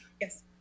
Yes